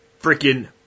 freaking